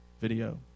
video